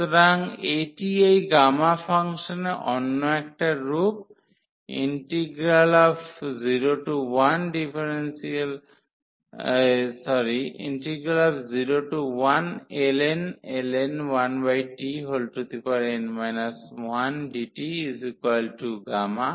সুতরাং এটি এই গামা ফাংশনটির অন্য একটা রূপ 01ln 1t n 1dtΓ